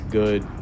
good